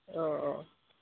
অঁ অঁ